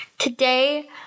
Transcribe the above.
Today